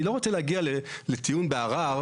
אני לא רוצה להגיע לטיעון בערר,